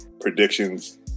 predictions